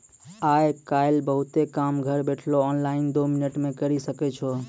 आय काइल बहुते काम घर बैठलो ऑनलाइन दो मिनट मे करी सकै छो